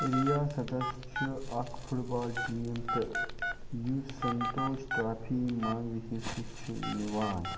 رِیاسَتَس چھُ اَکھ football team تہٕ یُس سَنتوش ٹرٛافی منٛز حِصہٕ چھُ نوان